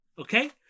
Okay